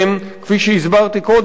כפי שהסברתי קודם,